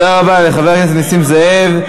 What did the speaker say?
תודה רבה לחבר הכנסת נסים זאב.